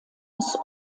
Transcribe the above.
des